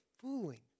fooling